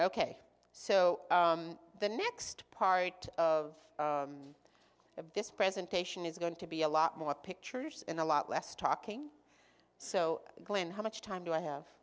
so the next part of this presentation is going to be a lot more pictures and a lot less talking so glenn how much time do i have